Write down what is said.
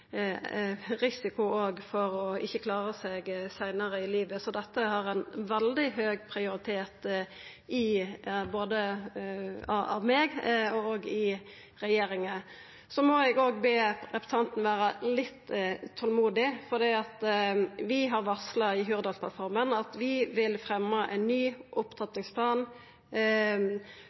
ikkje å klara seg seinare i livet, så dette har ein veldig høg prioritet både hos meg og i regjeringa. Eg må òg be representanten vera litt tålmodig, for vi har varsla i Hurdalsplattforma at vi vil fremja ein ny